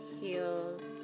heels